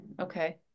Okay